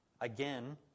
Again